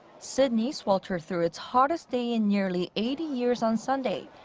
sydney sweltered through its hottest day in nearly eighty years on sunday,